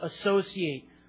associate